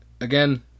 again